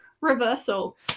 reversal